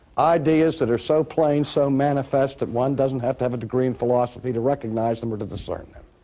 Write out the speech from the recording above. ideas that are so plain, so manifest that one doesn't have to have a degree in philosophy to recognize them or to discern them.